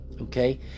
okay